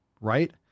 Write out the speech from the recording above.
right